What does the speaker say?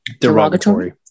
derogatory